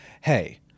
hey